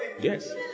Yes